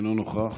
אינו נוכח,